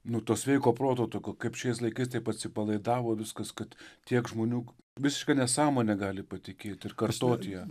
nu to sveiko proto tokių kaip šiais laikais taip atsipalaidavo viskas kad tiek žmonių visiška nesąmone gali patikėti ir kartoti ją